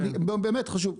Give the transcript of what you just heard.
באמת חשוב,